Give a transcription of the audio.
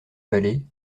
vallée